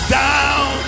down